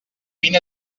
vint